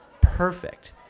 Perfect